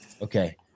Okay